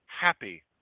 happy